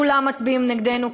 כולם מצביעים נגדנו,